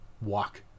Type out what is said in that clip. walk